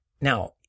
Now